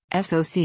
SoC